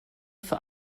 für